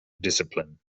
discipline